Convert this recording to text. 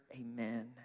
amen